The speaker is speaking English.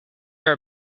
are